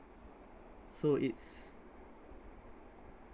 so it's